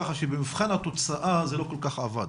כרגע, הוא ככה שבמבחן התוצאה זה לא כל כך עבד.